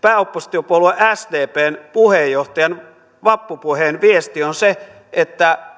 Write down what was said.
pääoppositiopuolue sdpn puheenjohtajan vappupuheen viesti on se että